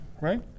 right